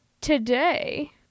today